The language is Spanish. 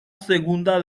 segunda